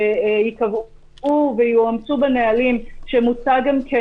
וייקבעו ויאומצו בנהלים שמוצע גם כן